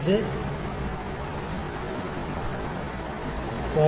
99 ന് തുല്യമാണ് Measured Value M